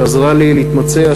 שעזרה לי להתמקצע,